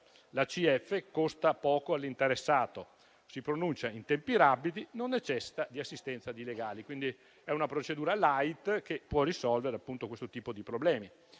L'ACF costa poco all'interessato, si pronuncia in tempi rapidi e non necessita di assistenza legale. È una procedura *light* che può risolvere questo tipo di problemi.